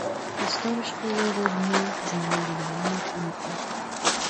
istoriškai jo vaidmuo žmonių gyvenime kinta